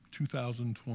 2020